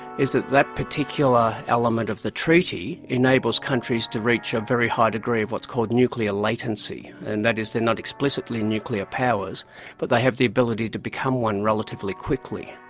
is that that particular element of the treaty enables countries to reach a very high degree of what's called nuclear latency and that is they are not explicitly nuclear powers but they have the ability to become one relatively quickly.